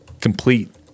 complete